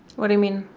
what do you mean?